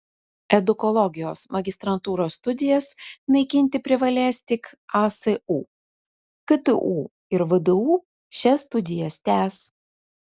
edukologijos magistrantūros studijas naikinti privalės tik asu ktu ir vdu šias studijas tęs